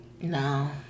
No